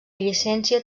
llicència